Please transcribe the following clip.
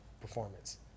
performance